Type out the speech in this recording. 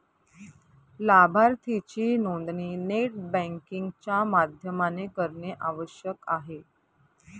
लाभार्थीची नोंदणी net banking च्या माध्यमाने करणे आवश्यक आहे